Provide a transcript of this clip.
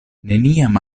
neniam